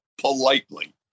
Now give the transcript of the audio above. politely